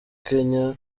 kenya